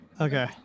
Okay